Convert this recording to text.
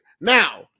Now